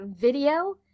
video